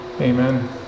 Amen